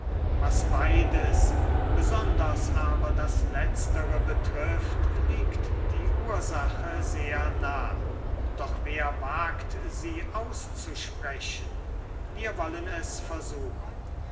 was beides besonders aber das letztere betrifft liegt die ursache sehr nah doch wer wagt sie auszusprechen wir wollen es versuchen